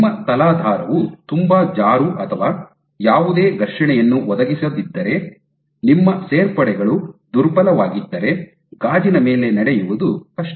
ನಿಮ್ಮ ತಲಾಧಾರವು ತುಂಬಾ ಜಾರು ಅಥವಾ ಯಾವುದೇ ಘರ್ಷಣೆಯನ್ನು ಒದಗಿಸದಿದ್ದರೆ ನಿಮ್ಮ ಸೇರ್ಪಡೆಗಳು ದುರ್ಬಲವಾಗಿದ್ದರೆ ಗಾಜಿನ ಮೇಲೆ ನಡೆಯುವುದು ಕಷ್ಟ